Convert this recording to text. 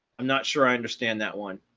i'm not sure i understand that one.